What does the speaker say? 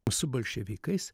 su bolševikais